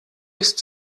ist